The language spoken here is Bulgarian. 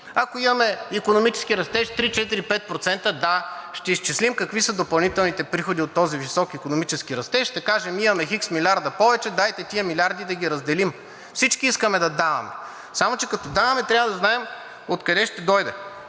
Ако имаме икономически растеж 3, 4, 5%, да, ще изчислим какви са допълнителните приходи от този висок икономически растеж. Ще кажем: имаме хикс милиарда повече, дайте тези милиарди да ги разделим. Всички искаме да даваме, само че като даваме, трябва да знаем откъде ще дойде.